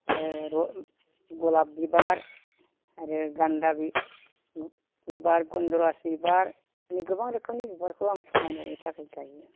गलाप बिबार आरो गान्दा बिबार गन्द'राज बिबार बिदिनो गोबां रोखोमनि बिबारखौ आं समायनायनि थाखाय गायो